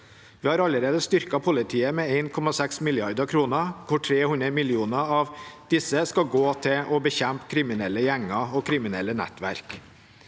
Vi har allerede styrket politiet med 1,6 mrd. kr, der 300 mill. kr av disse skal gå til å bekjempe kriminelle gjenger og kriminelle nettverk.